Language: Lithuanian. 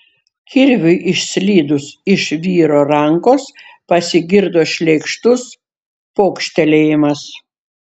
kirviui išslydus iš vyro rankos pasigirdo šleikštus pokštelėjimas